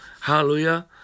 Hallelujah